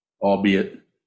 albeit